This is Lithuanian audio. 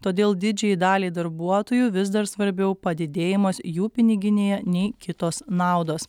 todėl didžiajai daliai darbuotojų vis dar svarbiau padidėjimas jų piniginėje nei kitos naudos